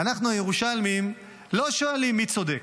אנחנו הירושלמים לא שואלים מי צודק.